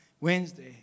Wednesday